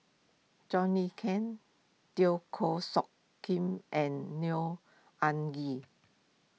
John Le Cain Teo Koh Sock Kim and Neo Anngee